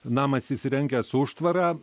namas įsirengęs užtvarą